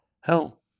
Hell